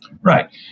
Right